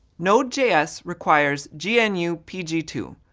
node js requires g n u p g two.